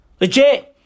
Legit